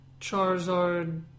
Charizard